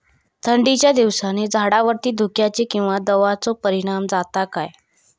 थंडीच्या दिवसानी झाडावरती धुक्याचे किंवा दवाचो परिणाम जाता काय?